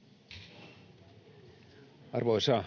speech Section: